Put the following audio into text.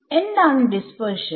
എന്താണ് ഡിസ്പ്പേർഷൻ